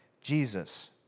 Jesus